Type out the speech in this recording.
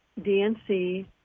DNC